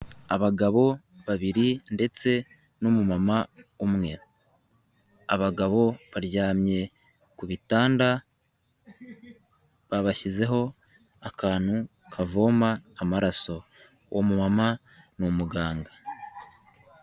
Abagabo babiri ndetse n'umumama umwe abagabo baryamye ku bitanda babashyizeho akantu kavoma amaraso, uwo muma ni umuganga.